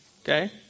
Okay